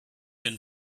been